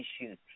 issues